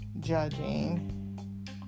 judging